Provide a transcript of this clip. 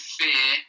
fear